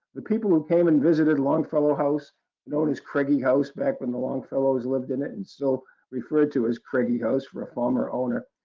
the people who came and visited longfellow house known as craigie house back when the longfellow's lived in and still referred to as craigie house for a former owner.